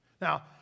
Now